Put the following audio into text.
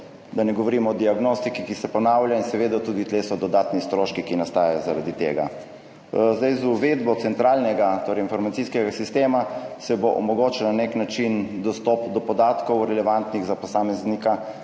Da ne govorim o diagnostiki, ki se ponavlja in seveda tudi tu so dodatni stroški, ki nastajajo zaradi tega. Z uvedbo centralnega, torej informacijskega sistema se bo omogočalo na nek način dostop do podatkov relevantnih za posameznika,